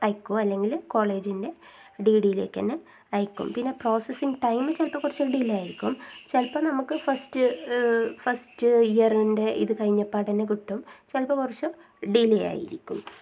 അയക്കും അല്ലെങ്കിൽ കോളേജിൻ്റെ ഡി ഡിയിലേക്ക് തന്നെ അയക്കും പിന്നെ പ്രോസസ്സിംഗ് ടൈമ് ചിലപ്പോൾ കുറച്ച് ഡിലേ ആയിരിക്കും ചിലപ്പോൾ നമുക്ക് ഫസ്റ്റ് ഫസ്റ്റ് ഇയർൻ്റെ ഇത് കഴിഞ്ഞ പാട് തന്നെ കിട്ടും ചിലപ്പോൾ കുറച്ച് ഡിലേ ആയിരിക്കും